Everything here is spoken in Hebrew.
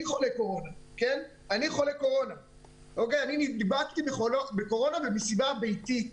אני נדבקתי בקורונה במסיבה ביתית.